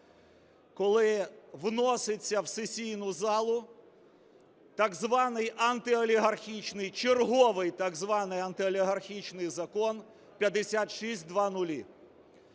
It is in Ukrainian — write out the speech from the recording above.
коли вноситься в сесійну залу так званий антиолігархічний, черговий так званий антиолігархічний Закон 5600.